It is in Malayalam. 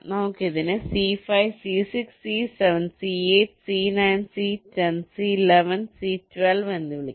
നമുക്ക് ഇതിനെ C5 C6 C7 C8 C9 C10 C11 C12 എന്ന് വിളിക്കാം